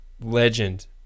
legend